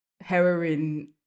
heroin